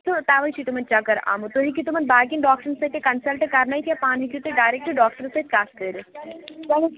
تہٕ توے چھُ تِمن چَکر آمُت تُہۍ ہیٚکو تِمن باقٕے ڈاکٹرن ستۭۍ تہِ کَنسَلٹہٕ کَرنٲوِتھ یا پانہٕ ہیٚکو تُہۍ ڈاریکٹ ڈاکٹرس سۭتۍ کَتھ کٔرتھ